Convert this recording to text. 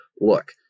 look